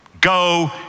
go